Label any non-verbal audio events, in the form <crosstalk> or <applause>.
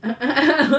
<laughs>